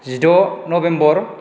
जिद' नभेम्बर